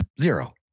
zero